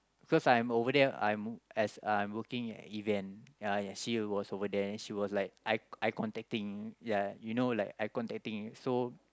cos I am over there I'm as I'm working event ya ya she was over there then she was like eye eye contacting ya you know like eye contacting so